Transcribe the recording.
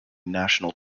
national